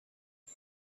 all